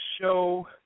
show